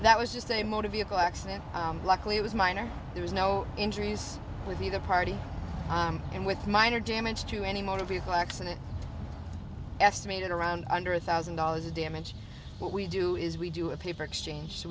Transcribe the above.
that was just a motor vehicle accident luckily it was minor there was no injuries with me the party and with minor damage to anymore a vehicle accident estimated around under a thousand dollars of damage what we do is we do a paper exchange